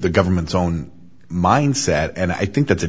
the government's own mindset and i think that's a